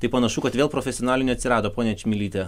tai panašu kad vėl profesionalių neatsirado ponia čmilyte